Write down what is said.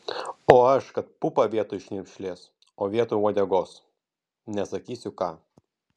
o aš kad pupą vietoj šnirpšlės o vietoj uodegos nesakysiu ką